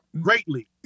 greatly